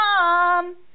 Mom